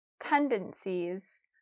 tendencies